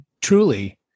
truly